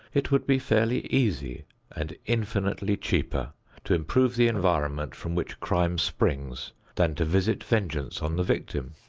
it would be fairly easy and infinitely cheaper to improve the environment from which crime springs than to visit vengeance on the victim.